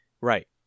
right